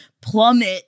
plummet